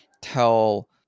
tell